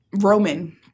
Roman